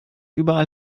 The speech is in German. überall